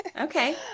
okay